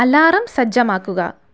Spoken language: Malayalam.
അലാറം സജ്ജമാക്കുക